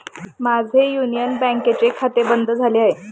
माझे युनियन बँकेचे खाते बंद झाले आहे